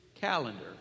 calendar